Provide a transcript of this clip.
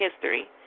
history